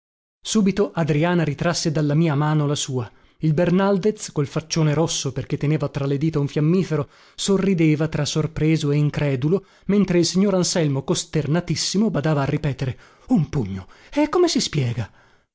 subito adriana ritrasse dalla mia mano la sua il bernaldez col faccione rosso perché teneva tra le dita un fiammifero sorrideva tra sorpreso e incredulo mentre il signor anselmo costernatissimo badava a ripetere un pugno e come si spiega